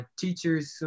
teachers